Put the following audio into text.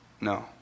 No